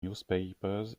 newspapers